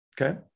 Okay